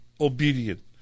obedient